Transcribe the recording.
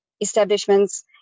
establishments